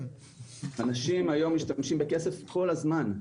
אנשים היום משתמשים בכסף כל הזמן.